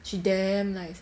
she damn nice